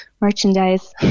merchandise